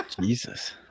Jesus